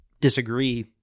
disagree